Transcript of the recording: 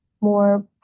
more